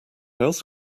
else